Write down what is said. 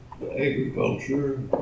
agriculture